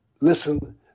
listen